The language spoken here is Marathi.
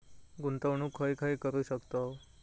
गुंतवणूक खय खय करू शकतव?